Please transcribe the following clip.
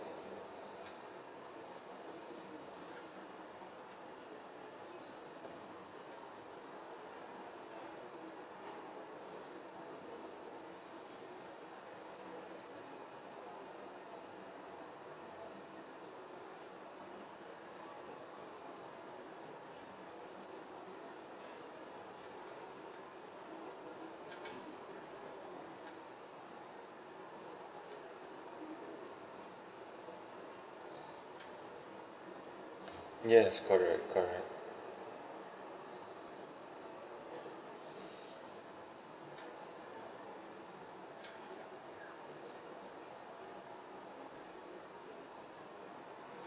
yes correct correct